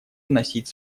вносить